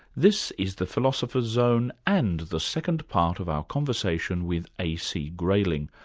this is the philosopher's zone and the second part of our conversation with a. c. grayling,